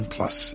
Plus